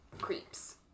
creeps